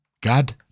God